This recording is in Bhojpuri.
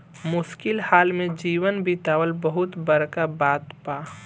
मुश्किल हाल में जीवन बीतावल बहुत बड़का बात बा